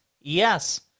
Yes